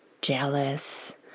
jealous